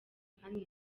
kandi